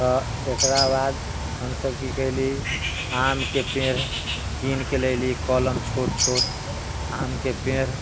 तऽ एकरा बाद हमसब की केली की आम के पेड़ कीन के लैली कलम छोट छोट आम के पेड़